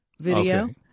video